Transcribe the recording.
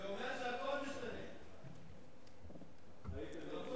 זה אומר שהכול משתנה -- הייתם רוצים.